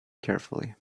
carefully